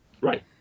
Right